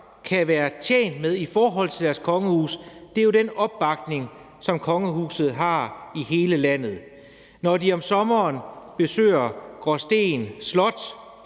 kan være tjent med i forhold til sit kongehus, er jo den opbakning, som kongehuset har i hele landet. Når kongefamilien om sommeren besøger Gråsten slot,